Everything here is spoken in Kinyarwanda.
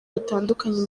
bitandukanye